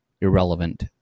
irrelevant